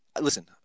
listen